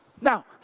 Now